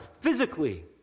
physically